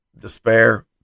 despair